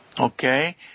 Okay